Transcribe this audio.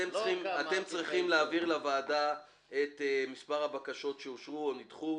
אתם צריכים להעביר לוועדה את מספר הבקשות שאושרו או נדחו,